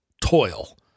toil